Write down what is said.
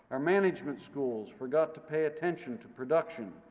our management schools forgot to pay attention to production,